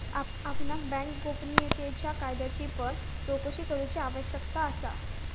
आपणाक बँक गोपनीयतेच्या कायद्याची पण चोकशी करूची आवश्यकता असा